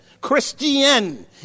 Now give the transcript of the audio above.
Christian